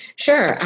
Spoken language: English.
Sure